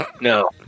No